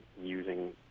using